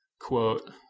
quote